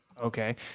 okay